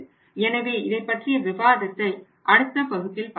எனவே இதைப்பற்றிய விவாதத்தை அடுத்த வகுப்பில் பார்ப்போம்